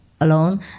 alone